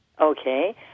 Okay